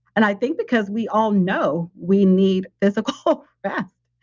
and i think because we all know we need physical rest.